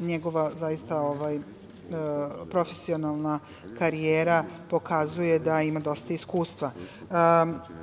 njegova profesionalna karijera pokazuje da ima dosta iskustva.U